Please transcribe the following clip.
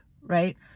right